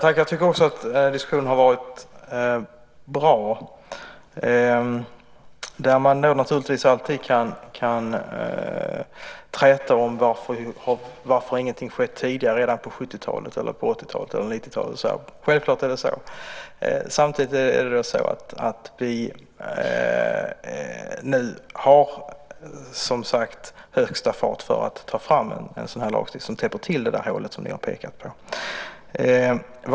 Herr talman! Jag tycker också att diskussionen har varit bra. Man kan naturligtvis alltid träta om varför ingenting har skett tidigare, redan på 70-, 80 eller 90-talet. Självklart är det så. Men vi har nu högsta fart för att ta fram en lagstiftning som täpper till det hål som ni har pekat på.